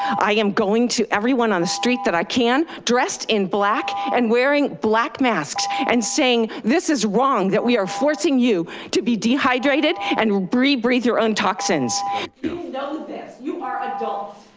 i am going to everyone on the street that i can dressed in black and wearing black masks and saying, this is wrong that we are forcing you to be dehydrated and breathe breathe your own toxins. you know this. you are adults.